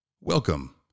Welcome